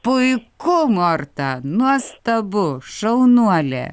puiku morta nuostabu šaunuolė